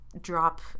drop